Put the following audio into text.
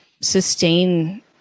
sustain